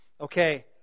Okay